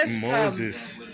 Moses